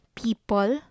people